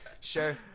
Sure